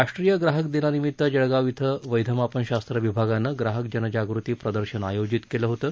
राष्ट्रीय ग्राहक दिनानिमित्त जळगांव शिं वैधमापन शास्त्र विभागानं ग्राहक जनजागृती प्रदर्शन आयोजित केलं होतं